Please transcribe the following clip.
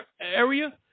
area